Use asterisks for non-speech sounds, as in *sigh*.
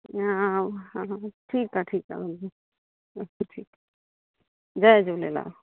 *unintelligible* हा हा ठीकु आहे ठीकु आहे *unintelligible* जय झूलेलाल